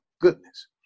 goodness